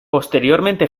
posteriormente